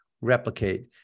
replicate